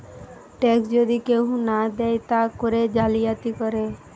tax যদি কেহু না দেয় তা করে জালিয়াতি করে